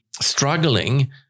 struggling